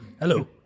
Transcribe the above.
Hello